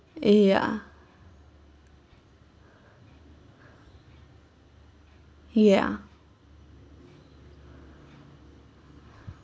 ya ya